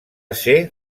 ser